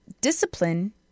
discipline